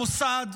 המוסד,